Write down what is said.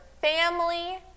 family